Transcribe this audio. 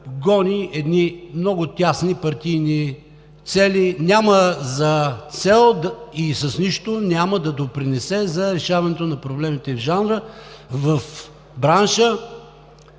гони много тесни партийни цели. Няма за цел и с нищо няма да допринесе за решаване на проблемите в жанра, в бранша.